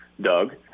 Doug